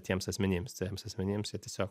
tiems asmenims tiems asmenims jie tiesiog